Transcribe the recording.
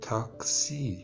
Taxi